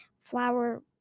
flower